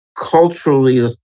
culturally